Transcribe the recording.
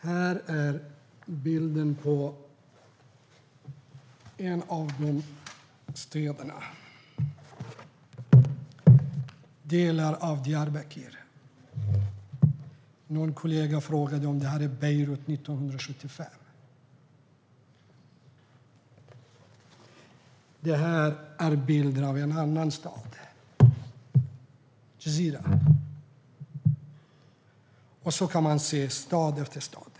Här har jag en bild från en av dessa städer, delar av Diyarbakır. En kollega frågade om det var Beirut 1975. Här har jag en bild av en annan stad, Cizre. Så kan man se stad efter stad.